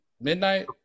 midnight